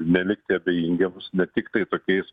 nelikti abejingiems ne tiktai tokiais